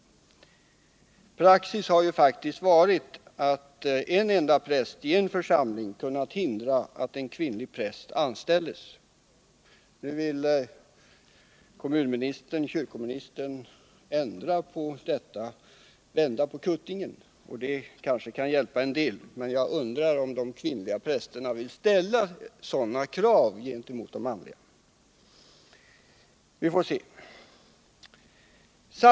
Praxis har ju faktiskt varit att en enda präst i en församling kunnat hindra att en kvinnlig präst anställs. Nu vill kyrkoministern ändra på detta och så att säga vända på kuttingen. men jag undrar om de kvinnliga prästerna vill ställa sådana krav gentemot sina manliga kolleger som detta skulle innebära.